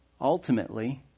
Ultimately